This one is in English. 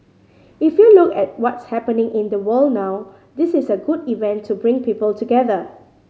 if you look at what's happening in the world now this is a good event to bring people together